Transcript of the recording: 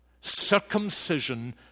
Circumcision